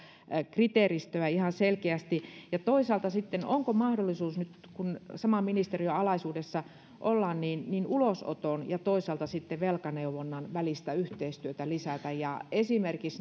kriteeristöä ihan selkeästi toisaalta sitten onko nyt kun saman ministeriön alaisuudessa ollaan mahdollisuus ulosoton ja toisaalta sitten velkaneuvonnan välistä yhteistyötä lisätä ja esimerkiksi